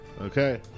Okay